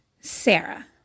Sarah